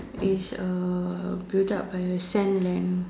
is uh built up by a sand land